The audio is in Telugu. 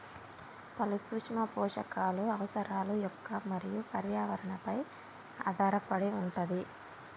పలు సూక్ష్మ పోషకాలు అవసరాలు మొక్క మరియు పర్యావరణ పై ఆధారపడి వుంటది